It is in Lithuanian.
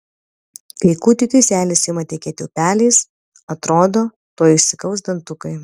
kai kūdikiui seilės ima tekėti upeliais atrodo tuoj išsikals dantukai